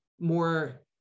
more